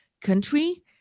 country